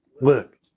Look